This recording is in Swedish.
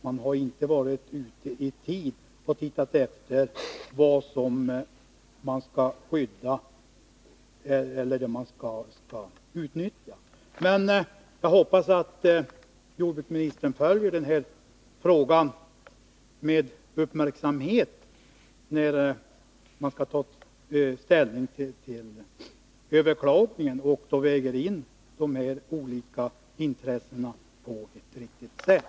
Man inte har varit ute i tid och undersökt vad som skall skyddas och vad som skall utnyttjas. Jag hoppas emellertid att jordbruksministern följer frågan med uppmärksamhet, när ställning skall tas till överklagandet, och väger in de här olika intressena på ett riktigt sätt.